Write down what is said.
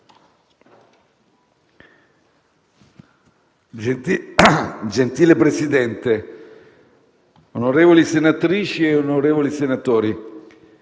Signor Presidente, onorevoli senatrici e onorevoli senatori,